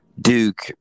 Duke